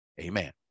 Amen